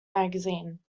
magazine